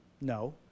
No